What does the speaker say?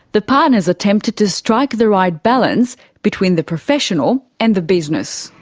the partners attempted to strike the right balance between the professional and the business.